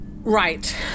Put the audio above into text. Right